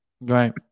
Right